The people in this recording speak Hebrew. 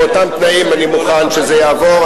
ובאותם תנאים אני מוכן שזה יעבור.